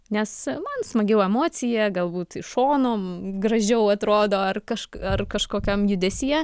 nes man smagiau emocija galbūt iš šono gražiau atrodo ar kaž ar kažkokiam judesyje